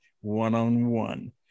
one-on-one